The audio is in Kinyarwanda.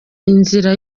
inzira